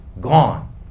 gone